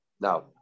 now